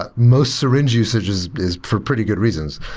but most syringe usage is is for pretty good reasons.